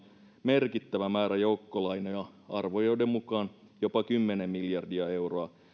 merkittävä määrä joukkolainoja arvioiden mukaan jopa kymmenen miljardia euroa